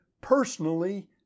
personally